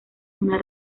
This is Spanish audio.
una